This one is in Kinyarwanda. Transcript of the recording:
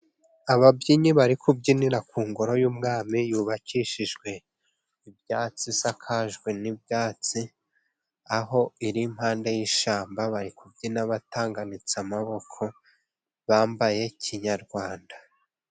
Ababyinnyi bari kubyinira ku ngoro y'umwami yubakishijwe ibyatsi, isakajwe n'ibyatsi, aho iri mpande y'ishyamba, bari kubyina batanganitse amaboko, bambaye kinyarwanda.